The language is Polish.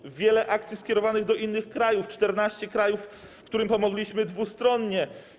Jest wiele akcji skierowanych do innych krajów, 14 krajów, którym pomogliśmy dwustronnie.